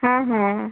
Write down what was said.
হ্যাঁ হ্যাঁ